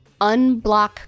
Unblock